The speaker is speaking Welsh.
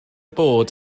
bod